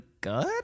good